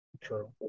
True